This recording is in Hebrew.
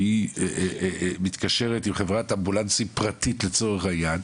והיא מתקשרת עם חברת אמבולנסים פרטית לצורך העניין,